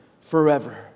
forever